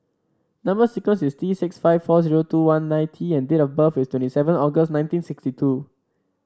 number sequence is T six five four zero two one nine T and date of birth is twenty seven August nineteen sixty two